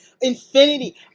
infinity